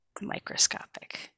Microscopic